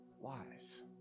wise